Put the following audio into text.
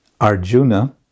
Arjuna